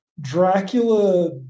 Dracula